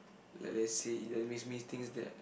like let's say if it makes me think that